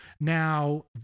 Now